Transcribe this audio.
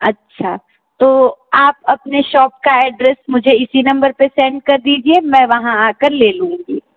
अच्छा तो आप अपने शॉप का एड्रेस मुझे इसी नंबर पर सेंड कर दीजिए मैं वहाँ आ कर ले लूँगी